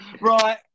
right